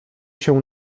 się